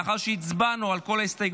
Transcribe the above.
לאחר שהצבענו על כל ההסתייגויות,